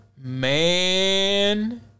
man